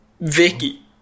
Vicky